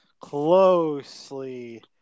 closely